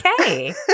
Okay